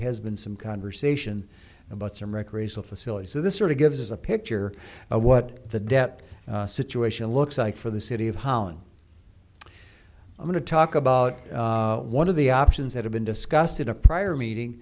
has been some conversation about some recreational facilities so this sort of gives us a picture of what the debt situation looks like for the city of holland i'm going to talk about one of the options that have been discussed in a prior meeting